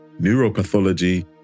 neuropathology